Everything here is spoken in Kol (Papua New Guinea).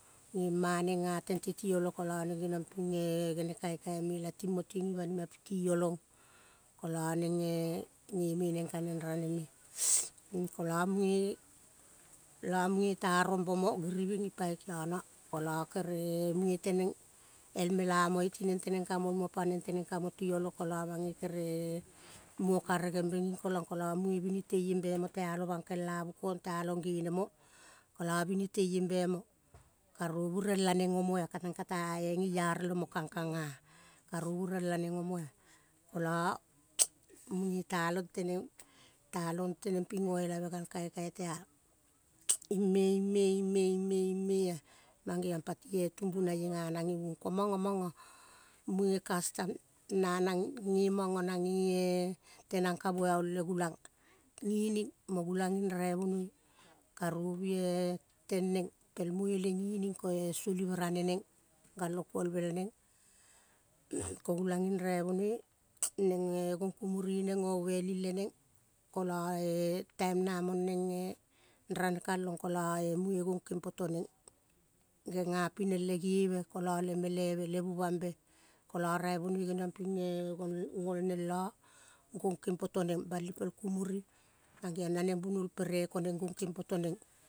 Gema neng ga tente tio lo, ko lo muge genong ping eh, eh gene kaikai me lating moting gi banima piti olong. Kolo neng eh, ge me neng ka neng raneme, kolo muge, kolo muge ta rombomo giriving ipai kiono, kolo kere muge teneng el mela moe tineng teneng ka mol muo tiolo, kolo neng kere, bugo karegem be ging kolong. Kolo muge binitel lembe mo talong bankel an bu kong talong genemo. Kolo binitel lembe mo, karovi rela neng omo ah. Ka neng ka ta-e giearo lemo kangkang, ah. Karovu rela neng omo ah. Kolo neng talong teneng, talong teneng ping goelave gal kaikai tia long ime, ime, ime, ime, ime ah mangeiong pati tumbunaie ganeng gei uong, komango mango, muge kastam nanang gemango nang ge eh tenang ka buo aol le gulang gining mo gulang ging raivonoi. Karovu eh, teng neng pel mueleng gining ko-e solive rane neng, galo. Kuolvel neng, ko gulang ging raivonoi. Neng eh gong, kumuri neng, go weling le neng, kolo-eh. Taim na mong neng eh, rane kalong kolo eh, muge gong keng poto neng, genga pineng le gieve kolo le meleve, le buvang be, kolo raivonoi genong ping eh. Gol neng lo, gong keng poto neng bali pel kumuri mangeong naneng bunol pere, ko neng gong keng poto neng.